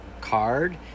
card